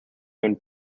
been